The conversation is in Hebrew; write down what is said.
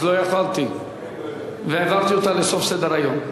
אז לא יכולתי, והעברתי אותה לסוף סדר-היום.